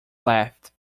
left